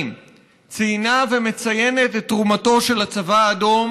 ציינה ומציינת את תרומתו של הצבא האדום.